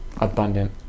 abundant